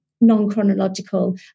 non-chronological